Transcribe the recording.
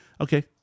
Okay